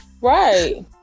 Right